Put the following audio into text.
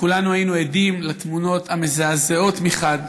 כולנו היום עדים לתמונות המזעזעות מחד,